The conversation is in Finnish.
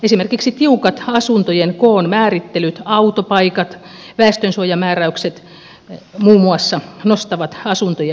esimerkiksi tiukat asuntojen koon määrittelyt autopaikat väestönsuojamääräykset muun muassa nostavat asuntojen hintaa